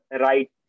right